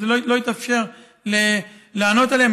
לא התאפשר לענות עליהן.